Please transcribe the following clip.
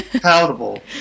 palatable